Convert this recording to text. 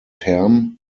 term